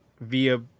via